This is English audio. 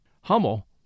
Hummel